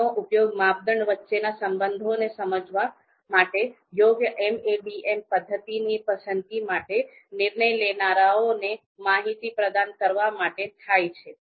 તેનો ઉપયોગ માપદંડ વચ્ચેના સંબંધોને સમજવા માટે યોગ્ય MADM પદ્ધતિની પસંદગી માટે નિર્ણય લેનારાઓને માહિતી પ્રદાન કરવા માટે થાય છે